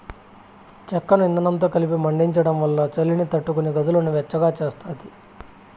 చెక్కను ఇందనంతో కలిపి మండించడం వల్ల చలిని తట్టుకొని గదులను వెచ్చగా చేస్తాది